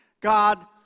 God